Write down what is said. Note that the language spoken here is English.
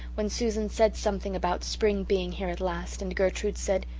when susan said something about spring being here at last, and gertrude said,